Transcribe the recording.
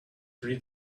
rid